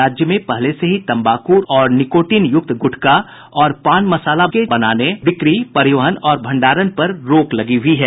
राज्य में पहले से ही तंबाकू और निकोटिन युक्त गुटखा और पान मसाला के बनने बिक्री परिवहन और भंडारण पर रोक लगी हुई है